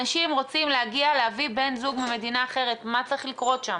אנשים רוצים להגיע להביא בן זוג ממדינה אחרת מה צריך לקרות שם?